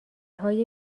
های